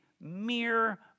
mere